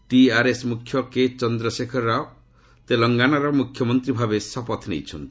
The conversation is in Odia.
ଟିଆର୍ଏସ୍ ମୁଖ୍ୟ କେ ଚନ୍ଦ୍ରଶେଖର ରାଓ ତେଲଙ୍ଗାନାର ମୁଖ୍ୟମନ୍ତ୍ରୀ ଭାବେ ଶପଥ ନେଇଛନ୍ତି